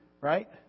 right